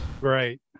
Right